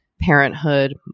parenthood